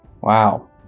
Wow